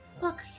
Look